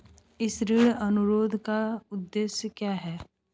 इस ऋण अनुरोध का उद्देश्य क्या है?